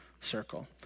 circle